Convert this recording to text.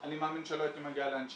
אני מאמין שלא הייתי מגיע לאן שהגעתי.